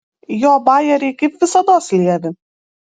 jo bajeriai kaip visados lievi